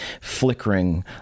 flickering